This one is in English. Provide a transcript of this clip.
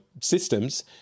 systems